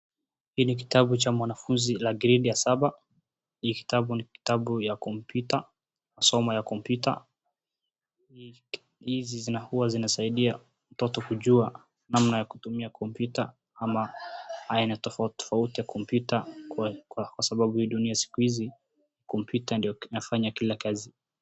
Hii ni kitabu cha mwanafunzi cha grade ya saba, hiki kitabu ni kitabu cha computer , masomo ya kompyuta, hizi zinakuwa zinasaidia mtoto kujua namna ya kutumia kompyuta ama aina tofautitofauti za kompyuta kwa sababu hii dunia skuizi kompyuta ndio zinafanya kila kazi.